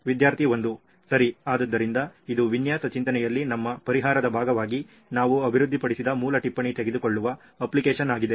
ವಿದ್ಯಾರ್ಥಿ 1 ಸರಿ ಆದ್ದರಿಂದ ಇದು ವಿನ್ಯಾಸ ಚಿಂತನೆಯಲ್ಲಿ ನಮ್ಮ ಪರಿಹಾರದ ಭಾಗವಾಗಿ ನಾವು ಅಭಿವೃದ್ಧಿಪಡಿಸಿದ ಮೂಲ ಟಿಪ್ಪಣಿ ತೆಗೆದುಕೊಳ್ಳುವ ಅಪ್ಲಿಕೇಶನ್ ಆಗಿದೆ